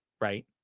right